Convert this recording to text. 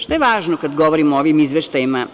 Šta je važno kada govorim o ovim izveštajima?